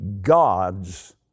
God's